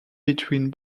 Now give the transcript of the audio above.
between